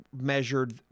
measured